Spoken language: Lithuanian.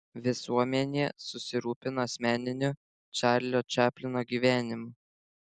visuomenė susirūpino asmeniniu čarlio čaplino gyvenimu